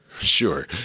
Sure